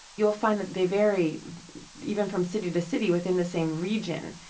you'll find that they vary even from city to city within the same region.